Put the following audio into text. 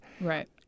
Right